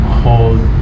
hold